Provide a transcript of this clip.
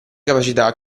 capacità